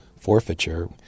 forfeiture